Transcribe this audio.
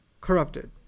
corrupted